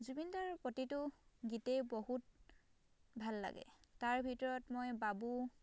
জুবিনদাৰ প্ৰতিটো গীতেই বহুত ভাল লাগে তাৰ ভিতৰত মই বাবু